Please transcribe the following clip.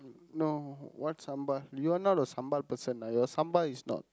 no what sambal you are not a sambal person lah your sambal is not